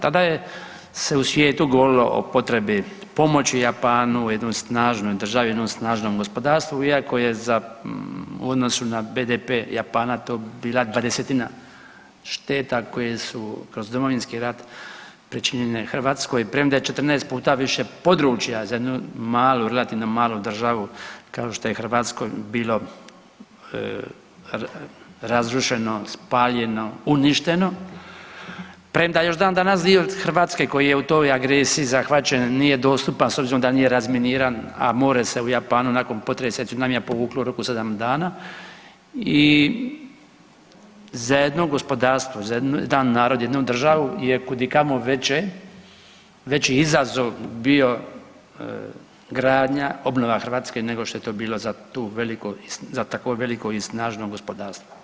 Tada se u svijetu govorilo o potrebi pomoći Japanu, jednoj snažnoj državi, jednom snažnom gospodarstvu iako je u odnosu na BDP Japana to bila dvadesetina šteta koje su kroz Domovinski rat pričinjene premda je 14 puta više područja za jednu malu, relativno malu državu kao što je Hrvatskoj bilo razrušeno, spaljeno, uništeno, premda još dan danas dio Hrvatske koji je u toj agresiji zahvaćen nije dostupan s obzirom da nije razminiran, a more se u Japanu nakon potresa i cunamija povuklo u roku 7 dana i za jedno gospodarstvo, za jedan narod, jednu državu je kud i kamo veće, veći izazov bio gradnja, obnova Hrvatske nego što je to bilo za tu veliku, za tako veliko i snažno gospodarstvo.